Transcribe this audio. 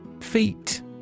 Feet